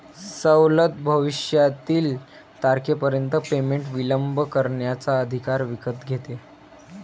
सवलत भविष्यातील तारखेपर्यंत पेमेंट विलंब करण्याचा अधिकार विकत घेते